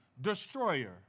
destroyer